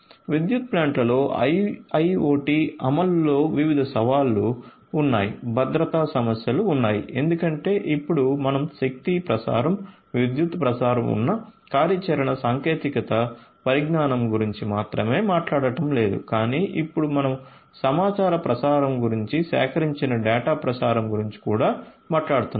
విద్యుత్ ప్లాంట్లో IIoT అమలులో వివిధ సవాళ్లు ఉన్నాయి భద్రతా సమస్యలు ఉన్నాయి ఎందుకంటే ఇప్పుడు మనం శక్తి ప్రసారం విద్యుత్ ప్రసారం ఉన్న కార్యాచరణ సాంకేతిక పరిజ్ఞానం గురించి మాత్రమే మాట్లాడటం లేదు కానీ ఇప్పుడు మనం సమాచార ప్రసారం గురించి సేకరించిన డేటా ప్రసారం గురించి కూడా మాట్లాడుతున్నాము